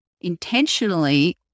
intentionally